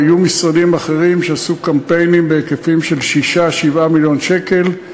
היו משרדים אחרים שעשו קמפיינים בהיקפים של 6 7 מיליון שקל.